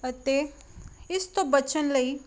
ਅਤੇ ਇਸ ਤੋਂ ਬਚਣ ਲਈ